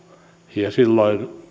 ja silloin